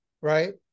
right